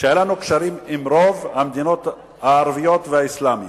היו לנו קשרים עם רוב המדינות הערביות והאסלאמיות.